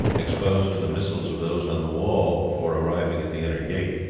exposed to the missiles of those on the wall before arriving at the inner gate.